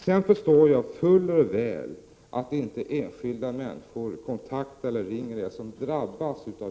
Sedan förstår jag fuller väl att inte enskilda människor som drabbas av det här systemet kontaktar er.